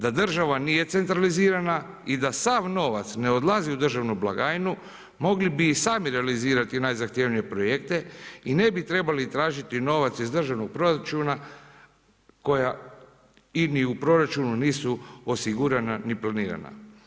Da država nije centralizirana i da sav novac ne odlazi u državnu blagajnu mogli bi i sami realizirati najzahtjevnije projekte i ne bi trebali tražiti novac iz državnog proračuna koja i ni u proračunu nisu osigurana ni planirana.